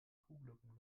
kuhglocken